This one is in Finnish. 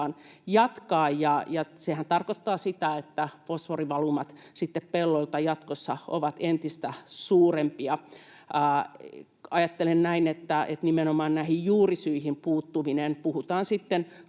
jatkaa, ja sehän tarkoittaa sitä, että fosforivalumat pelloilta sitten jatkossa ovat entistä suurempia. Ajattelen näin, että nimenomaan näihin juurisyihin puuttumiseen — puhutaan sitten